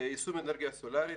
לגבי יישום אנרגיה סולארית,